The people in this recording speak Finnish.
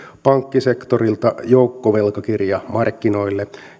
pankkisektorilta joukkovelkakirjamarkkinoille